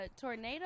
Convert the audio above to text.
tornado